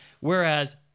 whereas